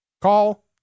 call